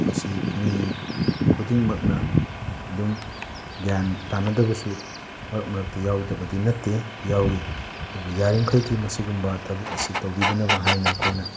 ꯃꯁꯤ ꯃꯤ ꯈꯨꯗꯤꯡꯃꯛꯅ ꯑꯗꯨꯝ ꯒ꯭ꯌꯥꯟ ꯇꯥꯅꯗꯕꯁꯨ ꯃꯔꯛ ꯃꯔꯛꯇ ꯌꯥꯎꯗꯕꯗꯤ ꯅꯠꯇꯦ ꯌꯥꯎꯏ ꯑꯗꯨꯕꯨ ꯌꯥꯔꯤꯃꯈꯩꯗꯤ ꯃꯁꯤꯒꯨꯝꯕ ꯊꯕꯛ ꯑꯁꯤ ꯇꯧꯕꯤꯗꯅꯕ ꯍꯥꯏꯅ ꯑꯩꯈꯣꯏꯅ